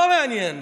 לא מעניין.